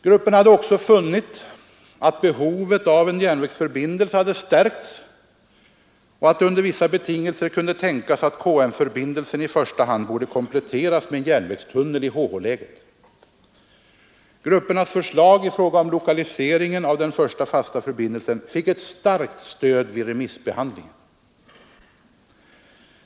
Grupperna hade också funnit att behovet av en järnvägsförbindelse stärkts och att det under vissa betingelser kunde tänkas att KM-förbindelsen i första hand borde kompletteras med en järnvägstunnel i HH-läget. Gruppernas förslag i fråga om lokaliseringen av den första fasta förbindelsen fick ett starkt stöd vid remissbehandlingen.